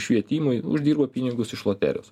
švietimui uždirba pinigus iš loterijos